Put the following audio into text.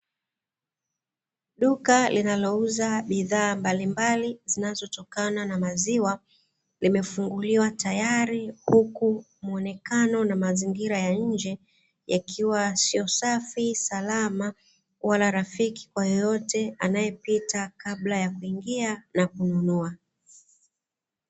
Duka linalouza bidhaa mbalimbali zinazotokana na maziwa, limefunguliwa tayari, huku muonekano na mazingira ya nje yakiwa siyo safi salama wala rafiki kwa yeyote anayepita kabla ya kuingia na kununua.